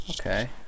Okay